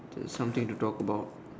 it's something to talk about